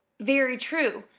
very true.